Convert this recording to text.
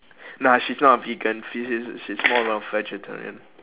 nah she's not a vegan she is she's more of a vegetarian